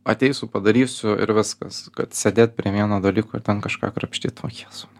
ateisiu padarysiu ir viskas kad sėdėt prie vieno dalyko ir ten kažką krapštyt o jėzau